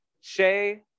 Shay